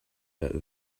that